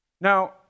Now